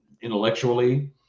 intellectually